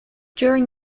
during